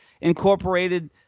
incorporated